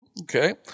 Okay